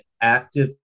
active